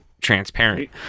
transparent